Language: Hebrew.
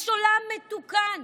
יש עולם מתוקן.